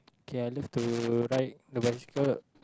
okay I love to ride the bicycle